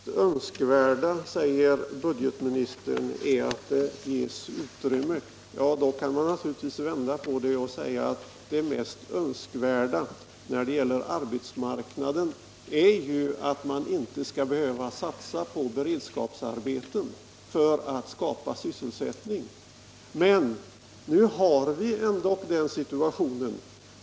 Herr talman! Det önsk värda, säger budgetministern, är att ge utrymme. Det kan man naturligtvis vända på och säga att det mest önskvärda när det gäller arbetsmarknaden är att man inte skall behöva satsa på beredskapsarbeten för att skapa sysselsättning. Men nu är vi ändå i den situationen.